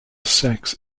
sex